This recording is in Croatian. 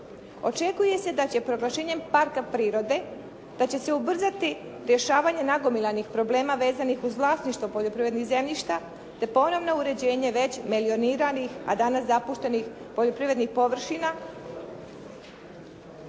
Očekuje se da će proglašenjem parka prirode da će se ubrzati rješavanje nagomilanih problema vezanih uz vlasništvo poljoprivrednih zemljišta, te ponovno uređenje već melioniranih, a danas zapuštenih poljoprivrednih površina.